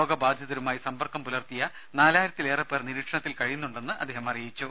രോഗബാധിതരുമായി സമ്പർക്കം പുലർത്തിയ നാലായിരത്തിലേറെ പേർ നിരീക്ഷണത്തൽ കഴിയുന്നുണ്ടെന്ന് അദ്ദേഹം പറഞ്ഞു